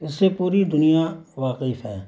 اس سے پوری دنیا واقف ہے